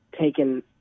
taken